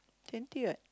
twenty what